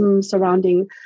surrounding